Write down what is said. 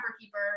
keeper